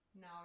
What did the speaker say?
Now